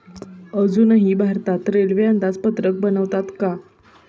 अजूनही भारतात रेल्वे अंदाजपत्रक बनवतात का?